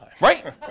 Right